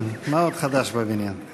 מה עוד חדש בבניין?